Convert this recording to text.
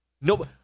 no